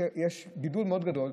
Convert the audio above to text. יש גידול מאוד גדול.